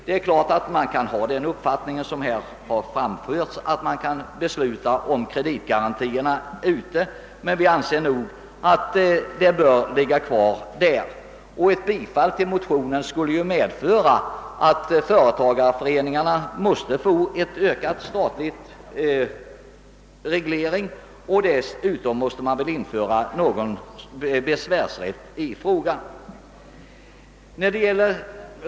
Det är klart att man kan besluta om kreditgarantierna på annat sätt, men enligt min mening bör uppgiften alltjämt ligga kvar på kommerskollegium. Ett bifall till motionerna skulle medföra att företagareföreningarna måste få en ökad statlig reglering och dessutom måste man införa besvärsrätt i frågan.